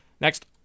Next